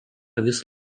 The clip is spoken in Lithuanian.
vis